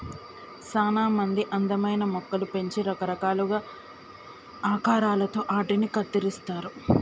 సానా మంది అందమైన మొక్కలు పెంచి రకరకాలుగా ఆకారాలలో ఆటిని కత్తిరిస్తారు